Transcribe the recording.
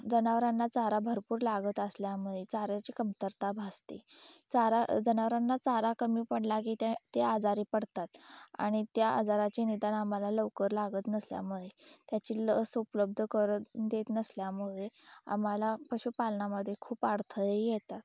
जनावरांना चारा भरपूर लागत असल्यामुळे चाऱ्याची कमतरता भासते चारा जनावरांना चारा कमी पडला की ते ते आजारी पडतात आणि त्या आजाराचे निदान आम्हाला लवकर लागत नसल्यामुळे त्याची लस उपलब्ध करून देत नसल्यामुळे आम्हाला पशुपालनामध्ये खूप अडथळे येतात